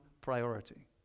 priority